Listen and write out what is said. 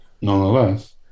Nonetheless